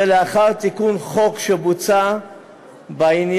זה לאחר תיקון חוק שבוצע בעניין.